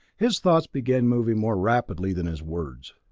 his thoughts began moving more rapidly than his words.